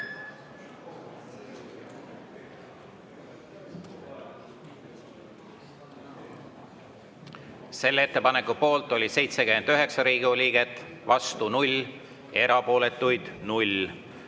Selle ettepaneku poolt oli 79 Riigikogu liiget, vastu 0, erapooletuid 0.